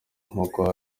nkuko